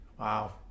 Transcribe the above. Wow